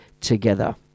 together